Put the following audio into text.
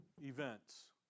events